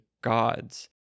gods